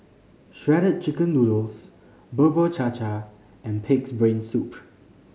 Shredded Chicken Noodles Bubur Cha Cha and Pig's Brain Soup